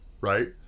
right